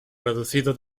reducido